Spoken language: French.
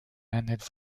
annette